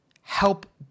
help